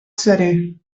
seré